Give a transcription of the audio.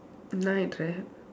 night right